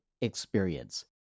experience